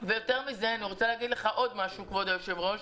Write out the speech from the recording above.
יותר מזה, אני רוצה להגיד לך עוד משהו כבוד היו"ר.